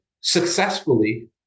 Successfully